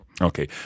Okay